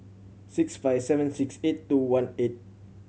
six five seven six eight two one eight